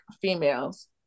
females